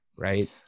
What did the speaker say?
Right